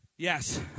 Yes